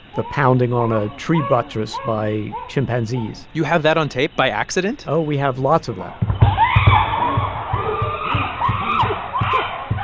the pounding on a tree buttress by chimpanzees you have that on tape by accident? oh, we have lots of that um